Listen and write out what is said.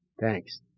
Thanks